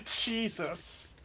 Jesus